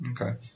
Okay